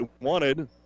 wanted